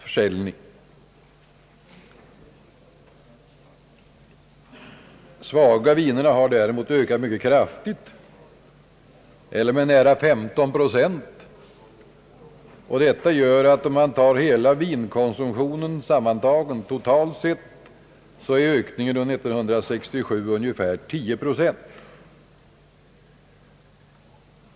Försäljningen av de svaga vinerna har däremot ökat mycket kraftigt, eller med nära 135 procent. Om man tar hela vinkonsumtionen totalt sett har ökningen under år 1967 varit ungefär 10 procent.